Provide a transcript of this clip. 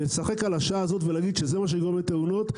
לשחק על השעה הזאת ולהגיד שזה מה שיגרום לתאונות?